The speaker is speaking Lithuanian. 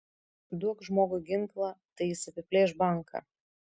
duok žmogui ginklą tai jis apiplėš banką